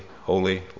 Holy